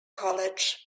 college